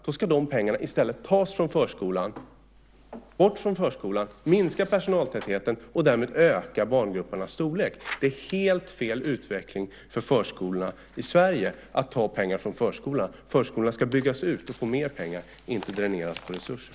Ni vill i stället ta bort de pengarna från förskolan, minska personaltätheten och öka barngruppernas storlek. Det är helt fel utveckling för förskolorna i Sverige att ta pengar från förskolorna. Förskolorna ska byggas ut och få mer pengar, inte dräneras på resurser.